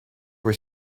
were